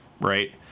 right